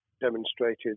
demonstrated